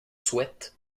souhaitent